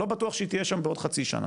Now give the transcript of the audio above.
לא בטוח שהיא תהיה שם בעוד חצי שנה.